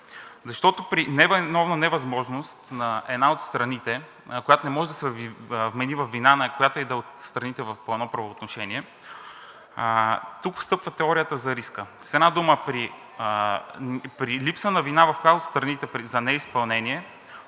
защото при невиновна невъзможност на една от страните, която не може да се вмени във вина, на която и да е от страните по едно правоотношение тук встъпва теорията за риска. С една дума при липса на вина, в която и да е от страните за неизпълнение,